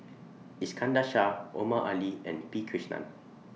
Iskandar Shah Omar Ali and P Krishnan